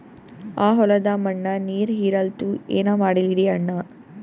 ಆ ಹೊಲದ ಮಣ್ಣ ನೀರ್ ಹೀರಲ್ತು, ಏನ ಮಾಡಲಿರಿ ಅಣ್ಣಾ?